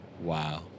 Wow